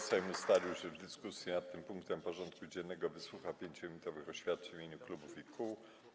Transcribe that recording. Sejm ustalił, że w dyskusji nad tym punktem porządku dziennego wysłucha 5-minutowych oświadczeń w imieniu klubów i kół.